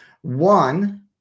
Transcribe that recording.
one